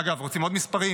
אגב, רוצים עוד מספרים?